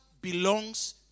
belongs